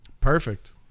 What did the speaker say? Perfect